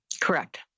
Correct